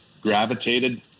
gravitated